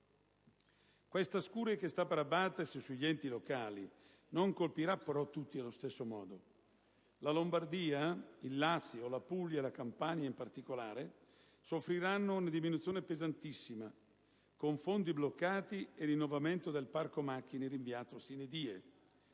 Questa scure che sta per abbattersi sugli enti locali non colpirà, però, tutti allo stesso modo. La Lombardia, il Lazio, la Puglia e la Campania in particolare soffriranno una diminuzione pesantissima, con fondi bloccati e rinnovamento del parco macchine rinviato *sine die*.